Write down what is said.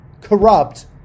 corrupt